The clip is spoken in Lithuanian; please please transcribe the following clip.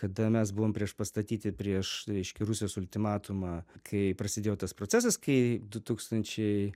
kada mes buvom priešpastatyti prieš reiškia rusijos ultimatumą kai prasidėjo tas procesas kai du tūkstančiai